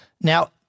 now